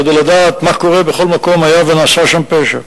כדי לדעת מה קורה בכל מקום שהיה ונעשה שם פשע,